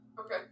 Okay